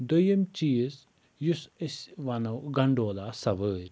دوٚیِم چیٖز یُس أسۍ ونو گنڈولا سَوٲرۍ